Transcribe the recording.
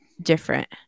different